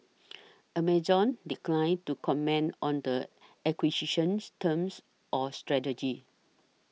Amazon declined to comment on the acquisition's terms or strategy